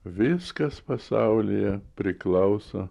viskas pasaulyje priklauso